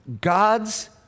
God's